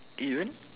eh what